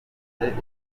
imirimo